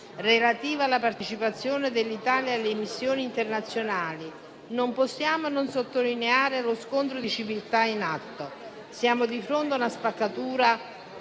relativa alla partecipazione dell'Italia alle missioni internazionali, non possiamo non sottolineare lo scontro di civiltà in atto. Siamo di fronte a una spaccatura